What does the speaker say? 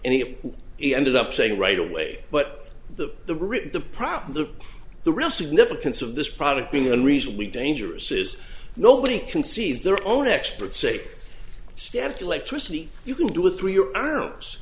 and he ended up saying right away but the the rich the problem the the real significance of this product being the reason we dangerous is nobody can seize their own experts say stamped electricity you can do it through your arms